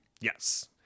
Yes